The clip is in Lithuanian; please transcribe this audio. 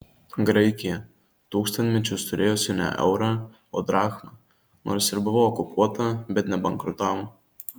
graikija tūkstantmečius turėjusi ne eurą o drachmą nors ir buvo okupuota bet nebankrutavo